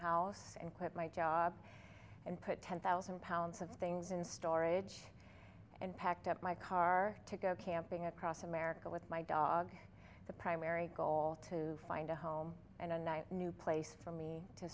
house and quit my job and put ten thousand pounds of things in storage and packed up my car to go camping across america with my dog the primary goal to find a home and a nice new place for me to